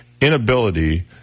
inability